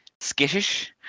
skittish